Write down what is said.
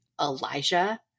Elijah